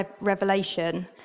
revelation